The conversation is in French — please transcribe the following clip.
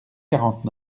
quarante